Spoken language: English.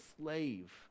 slave